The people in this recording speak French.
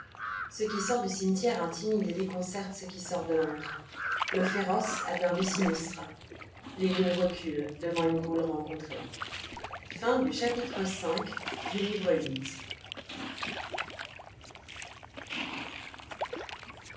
ce qui sort du cimetière intimide et déconcerte ce qui sort de l'antre le féroce a peur du sinistre les loups reculent devant une goule rencontrée chapitre vi